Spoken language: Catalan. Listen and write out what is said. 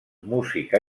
música